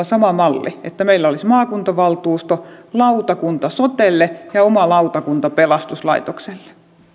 sama malli että meillä olisi maakuntavaltuusto lautakunta sotelle ja oma lautakunta pelastuslaitokselle